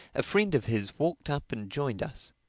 a friend of his walked up and joined us.